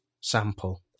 sample